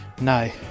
No